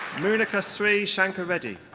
mounika sri shankar reddy.